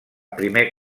primer